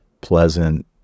pleasant